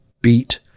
beat